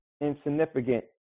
insignificant